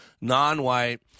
non-white